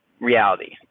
reality